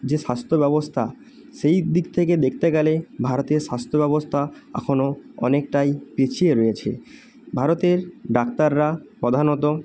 যে স্বাস্থ্য ব্যবস্থা সেই দিক থেকে দেখতে গেলে ভারতের স্বাস্থ্য ব্যবস্থা এখনও অনেকটাই পিছিয়ে রয়েছে ভারতের ডাক্তাররা প্রধানত